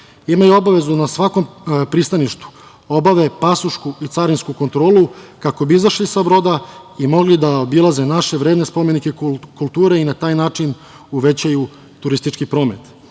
imaju obavezu na svakom pristaništu da obave pasošku i carinsku kontrolu kako bi izašli sa broda i mogli da obilaze naše vredne spomenike kulture i na taj način uvećaju turistički promet. Prema